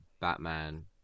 Batman